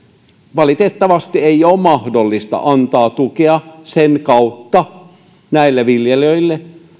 valitettavasti ei ole mahdollista antaa tukea sitä kautta näille viljelijöille